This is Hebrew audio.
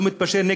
לא מתפשר,